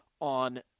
on